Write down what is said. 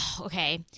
Okay